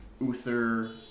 Uther